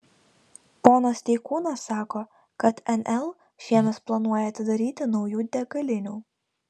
ponas steikūnas sako kad nl šiemet planuoja atidaryti naujų degalinių